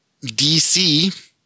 DC